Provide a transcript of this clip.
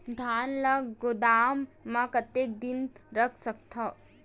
धान ल गोदाम म कतेक दिन रख सकथव?